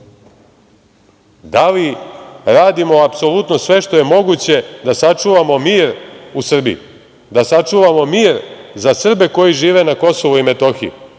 Da li radimo apsolutno sve što je moguće da sačuvamo mir u Srbiji, da sačuvamo mir za Srbe koji žive na Kosovu i Metohiji? Vi